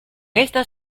esta